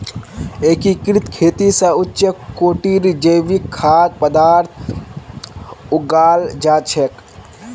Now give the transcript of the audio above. एकीकृत खेती स उच्च कोटिर जैविक खाद्य पद्दार्थ उगाल जा छेक